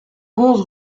onze